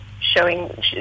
showing